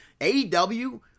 AEW